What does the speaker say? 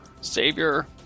savior